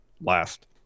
last